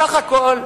בסך הכול,